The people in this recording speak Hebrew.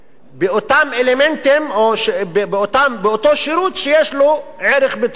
באותם אלמנטים או באותו שירות שיש לו ערך ביטחוני,